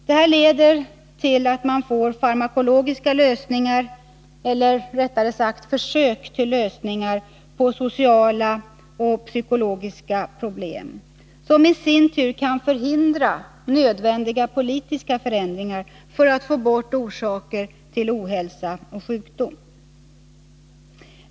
Detta leder till att man får farmakologiska lösningar, eller rättare sagt försök till lösningar, på sociala och psykologiska problem, vilket i sin tur kan förhindra nödvändiga politiska förändringar för att få bort orsaker till ohälsa och sjukdom.